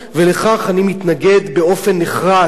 ולכך אני מתנגד באופן נחרץ.